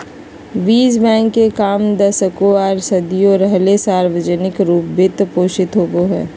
बीज बैंक के काम दशकों आर सदियों रहले सार्वजनिक रूप वित्त पोषित होबे हइ